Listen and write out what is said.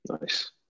Nice